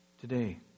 Today